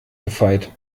gefeit